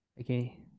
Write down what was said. Okay